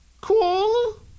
cool